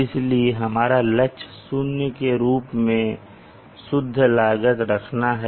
इसलिए हमारा लक्ष्य शून्य के रूप में शुद्ध लागत रखना है